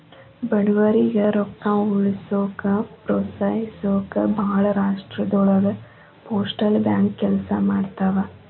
ಬಡವರಿಗಿ ರೊಕ್ಕ ಉಳಿಸೋಕ ಪ್ರೋತ್ಸಹಿಸೊಕ ಭಾಳ್ ರಾಷ್ಟ್ರದೊಳಗ ಪೋಸ್ಟಲ್ ಬ್ಯಾಂಕ್ ಕೆಲ್ಸ ಮಾಡ್ತವಾ